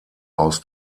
aus